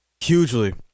Hugely